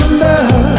love